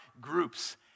groups